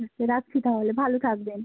আচ্ছা রাখছি তাহলে ভালো থাকবেন